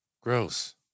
gross